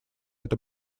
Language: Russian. это